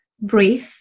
breathe